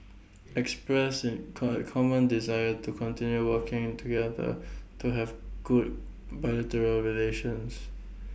expressing common desire to continue working together to have good bilateral relations